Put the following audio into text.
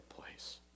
place